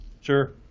Sure